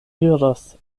eliros